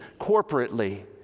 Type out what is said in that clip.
corporately